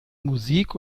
musik